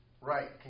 Right